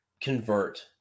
convert